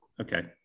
Okay